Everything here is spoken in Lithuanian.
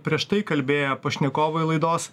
prieš tai kalbėję pašnekovai laidos